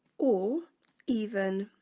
or even